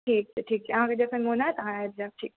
ठीक छै ठीक छै अहाँकेँ जखन मन होयत आबि जायब ठीक